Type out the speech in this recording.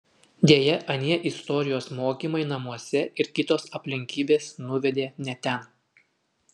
deja anie istorijos mokymai namuose ir kitos aplinkybės nuvedė ne ten